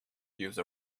use